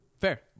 fair